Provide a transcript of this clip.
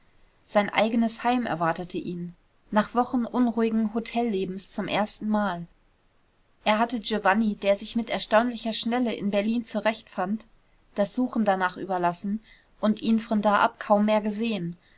sein eigenes heim erwartete ihn nach wochen unruhigen hotellebens zum erstenmal er hatte giovanni der sich mit erstaunlicher schnelle in berlin zurechtfand das suchen danach überlassen und ihn von da ab kaum mehr gesehen